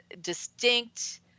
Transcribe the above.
distinct